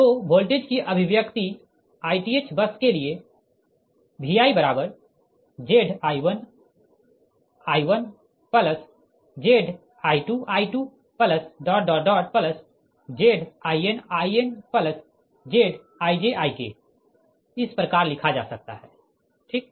तो वोल्टेज की अभिव्यक्ति ith बस के लिए ViZi1I1Zi2I2ZinInZijIk इस प्रकार लिखा जा सकता है ठीक